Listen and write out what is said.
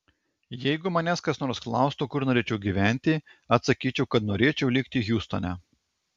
jeigu manęs kas nors klaustų kur norėčiau gyventi atsakyčiau kad norėčiau likti hjustone